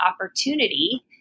opportunity